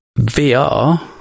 VR